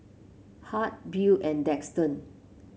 Hart Beau and Daxton